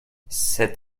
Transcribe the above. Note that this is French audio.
cet